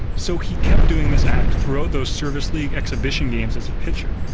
so he kept doing this act throughout those service league exhibition games as a pitcher.